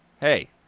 hey